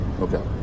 Okay